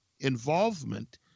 involvement